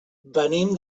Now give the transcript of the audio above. venim